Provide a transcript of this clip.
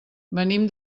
venim